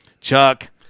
Chuck